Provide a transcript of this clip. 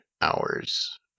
hours